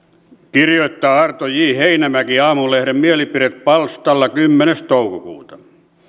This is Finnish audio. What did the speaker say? kirjoittaa arto j heinämäki aamulehden mielipidepalstalla kymmenes toukokuuta